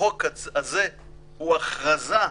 החוק הזה הוא הכרזה,